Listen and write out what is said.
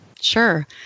Sure